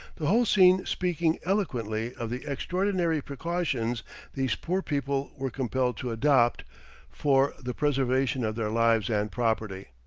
the whole scene speaking eloquently of the extraordinary precautions these poor people were compelled to adopt for the preservation of their lives and property.